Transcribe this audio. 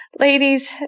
Ladies